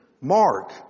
Mark